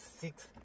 six